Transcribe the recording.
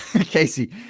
casey